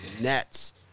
Nets